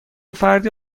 فردی